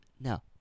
no